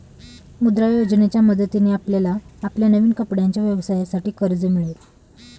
मुद्रा योजनेच्या मदतीने आपल्याला आपल्या नवीन कपड्यांच्या व्यवसायासाठी कर्ज मिळेल